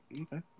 Okay